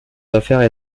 affaires